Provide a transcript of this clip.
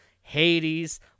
Hades